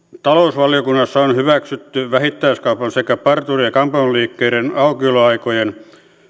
talousvaliokunnassa on hyväksytty vähittäiskaupan sekä parturi ja kampaamoliikkeiden aukioloaikojen